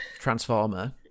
Transformer